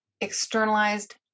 externalized